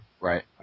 right